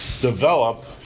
develop